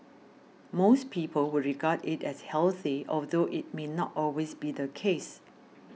most people would regard it as healthy although it may not always be the case